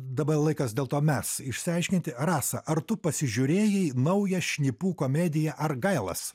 dabar laikas dėl to mes išsiaiškinti rasa ar tu pasižiūrėjai naują šnipų komediją argailas